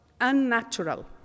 unnatural